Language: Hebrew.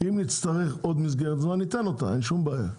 אם נצטרך עוד מסגרת זמן ניתן אותה, אין שום בעיה,